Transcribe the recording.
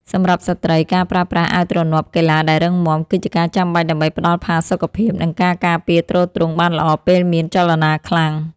សម្រាប់ស្ត្រី ការប្រើប្រាស់អាវទ្រនាប់កីឡាដែលរឹងមាំ គឺជាការចាំបាច់ដើម្បីផ្តល់ផាសុកភាព និងការការពារទ្រទ្រង់បានល្អពេលមានចលនាខ្លាំង។